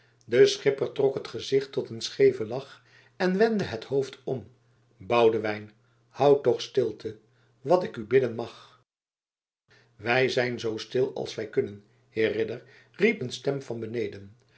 de schipper trok het gezicht tot een scheeven lach en wendde het hoofd om boudewijn houd toch stilte wat ik u bidden mag wij zijn zoo stil als wij kunnen heer ridder riep een stem van beneden